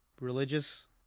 religious